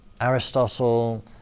Aristotle